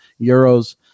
euros